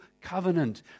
covenant